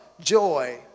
joy